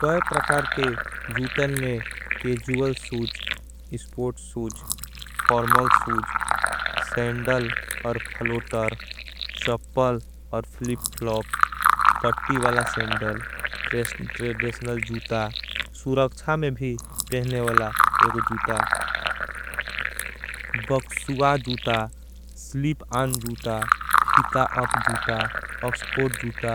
कए प्रकार के जूतन में casual shoes, sport shoes, formal shoes. Sandal और फलोटर, चपल और फ्लिप फ्लॉप, पट्टी वाला सेंडल। ट्रेश्ट जूता, सुरक्छा में भी पहने वाला एक जूता। बक्सुगा जूता, स्लीप आन जूता, फिता अप जूता। ओक्सफोर्ट जूता,